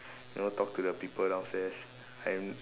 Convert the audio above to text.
you know talk to the people downstairs and